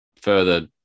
further